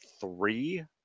three